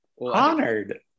honored